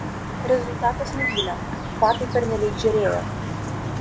rezultatas nuvylė batai pernelyg žėrėjo